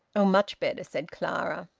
oh! much better! said clara.